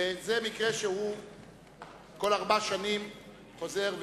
וזה מקרה שכל ארבע שנים חוזר,